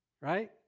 right